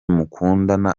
mukundana